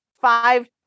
five